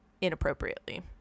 Inappropriately